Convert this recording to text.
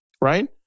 right